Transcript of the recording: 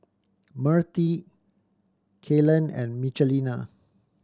Myrtie Kaylen and Michelina